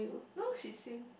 no she is Sing